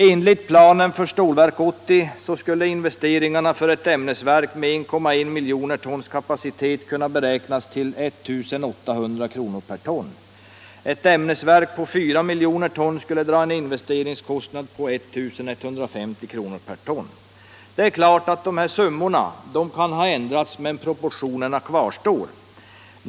Enligt planen för Stålverk 80 skulle investeringarna för ett ämnesverk med 1,1 miljon tons kapacitet kunna beräknas till 1800 kr. per ton. Ett ämnesverk för 4 miljoner ton skulle dra en investeringskostnad på 1 150 kr. per ton. Det är klart att summorna kan ha ändrats, men proportionerna kvarstår.